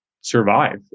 survive